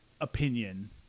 opinion